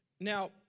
Now